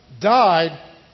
died